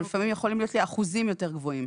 אבל לפעמים יכולים להיות לי אחוזים יותר גבוהים.